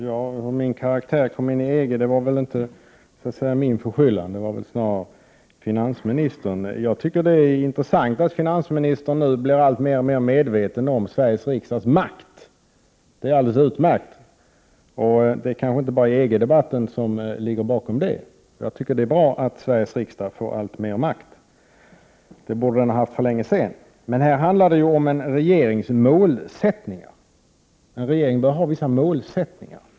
Herr talman! Att min karaktär sattes i samband med EG var väl så att säga inte min förskyllan — det var väl snarare finansministerns. Jag tycker att det är intressant att finansministern nu blir mer och mer medveten om Sveriges riksdags makt. Det är alldeles utmärkt. Det är kanske inte bara EG-debatten som ligger bakom det. Jag tycker det är bra att Sveriges riksdag får alltmer makt. Det borde den ha haft för länge sedan. Men här handlar det ju om en regerings målsättningar. En regering bör ha vissa målsättningar.